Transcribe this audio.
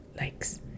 likes